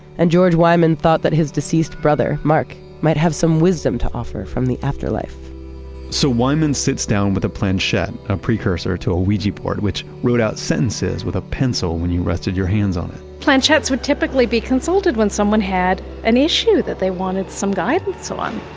and george wyman thought that his deceased brother mark might have some wisdom to offer from the afterlife so wyman sits down with a planchette, a precursor to a ouija board, which wrote out sentences with a pencil when you rested your hands on it planchettes would typically be consulted when someone had an issue that they wanted some guidance so on.